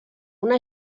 una